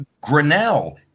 Grinnell